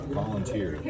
volunteer